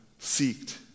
seeked